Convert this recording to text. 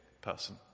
person